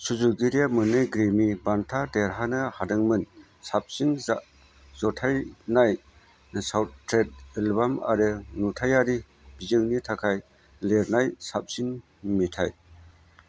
सुजुगिरिया मोननै ग्रेमी बान्था देरहानो हादोंमोन साबसिन जथायनाय साउन्डट्रैक एल्बाम आरो नुथायारि बिजोंनि थाखाय लिरनाय साबसिन मेथाय